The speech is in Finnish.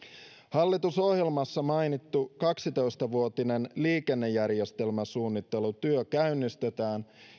hallitusohjelmassa mainittu kaksitoista vuotinen liikennejärjestelmäsuunnittelutyö käynnistetään